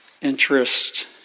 interest